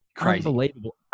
Unbelievable